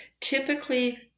typically